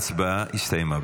ההצבעה הסתיימה.